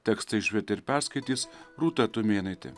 tekstą išvertė ir perskaitys rūta tumėnaitė